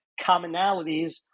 commonalities